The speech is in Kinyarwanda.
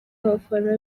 abafana